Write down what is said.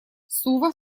сува